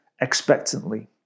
expectantly